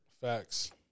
Facts